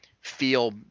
feel